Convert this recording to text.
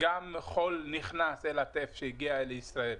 גם חול נכנס אל הטף שהגיע לישראל.